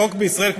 החוק בישראל,